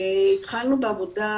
התחלנו בעבודה,